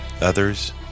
others